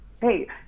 Hey